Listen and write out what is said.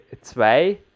zwei